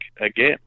again